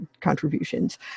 contributions